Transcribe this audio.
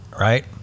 right